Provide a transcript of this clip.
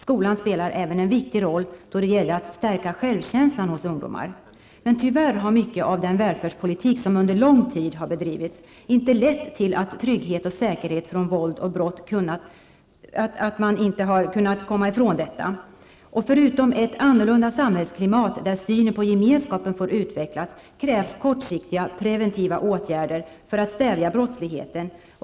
Skolan spelar även en viktig roll då det gäller att stärka självkänslan hos ungdomar. Tyvärr har mycket av den välfärdspolitik som under lång tid bedrivits inte lett till att man kunnat komma ifrån våld och brott. Förutom ett annorlunda samhällsklimat där denna syn på gemenskapen får utvecklas, krävs kortsiktiga preventiva åtgärder för att stävja brottsligheten.